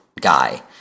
guy